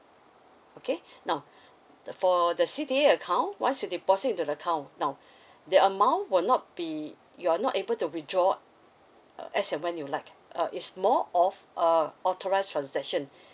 okay now the for the C_D_A account once you deposit into the account now the amount will not be you are not able to withdraw uh as and when you like uh it's more of a authorised transaction